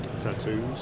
tattoos